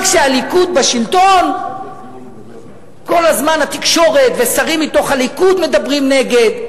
רק כשהליכוד בשלטון כל הזמן התקשורת ושרים מתוך הליכוד מדברים נגד.